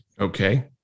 Okay